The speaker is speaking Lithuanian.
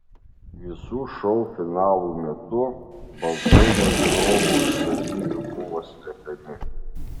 visų šou finalų metu balsai nuo žiūrovų ir dalyvių buvo slepiami